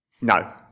No